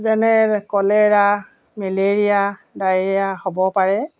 যেনে cholera malaria diarrhoea হ'ব পাৰে